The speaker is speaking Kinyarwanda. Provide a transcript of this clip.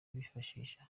bifashisha